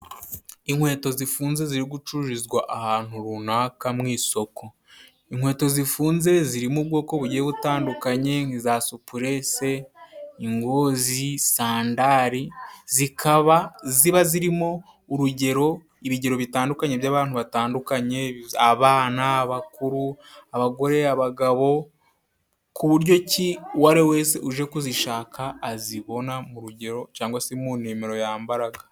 Inkweto zifunze ziri gucururizwa ahantu runaka mu isoko. Inkweto zifunze zirimo ubwoko bugiye butandukanye: iza supurese, ingozi, sandari, zikaba ziba zirimo urugero ibigero bitandukanye by'abantu batandukanye abana, abakuru, abagore, abagabo, ku buryo ki uwo ari we wese uje kuzishaka azibona mu rugero cangwa se mu nimero yambaraga.